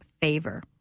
favor